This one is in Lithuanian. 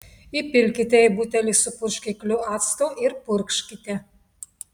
įpilkite į butelį su purškikliu acto ir purkškite